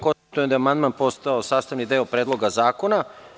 Konstatujem da je amandman postao sastavni deo Predloga zakona.